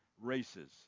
races